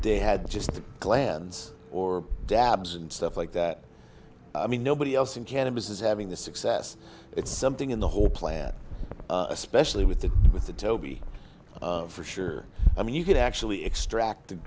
they had just the glands or dabs and stuff like that i mean nobody else in cannabis is having the success it's something in the whole plan especially with the with the toby for sure i mean you could actually extract